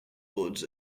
boards